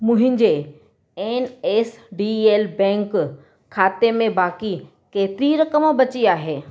मुंहिंजे N S D L bank खाते में बाक़ी केतिरी रक़म बची आहे